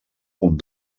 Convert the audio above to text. punt